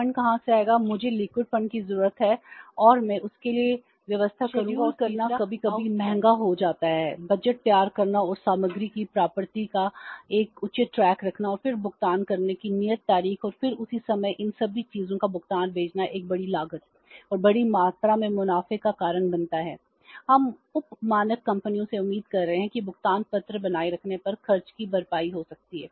schedule करना कभी कभी महंगा हो जाता है बजट तैयार करना और सामग्री की प्राप्ति का एक उचित ट्रैक रखना और फिर भुगतान करने की नियत तारीख और फिर उसी समय इन सभी चीजों को भुगतान भेजना एक बड़ी लागत और बड़ी मात्रा में मुनाफे का कारण बनता है हम उप मानक कंपनियों से उम्मीद कर रहे हैं कि भुगतान पत्र बनाए रखने पर खर्च की भरपाई हो सकती है